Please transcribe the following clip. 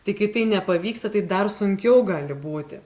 tai kai tai nepavyksta tai dar sunkiau gali būti